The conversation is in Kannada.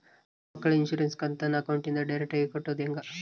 ಮಕ್ಕಳ ಇನ್ಸುರೆನ್ಸ್ ಕಂತನ್ನ ಅಕೌಂಟಿಂದ ಡೈರೆಕ್ಟಾಗಿ ಕಟ್ಟೋದು ಹೆಂಗ?